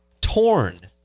torn